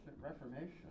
Reformation